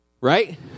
Right